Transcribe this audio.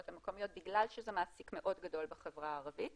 המקומיות בגלל שזה מעסיק מאוד גדול בחברה הערבית